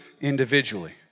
individually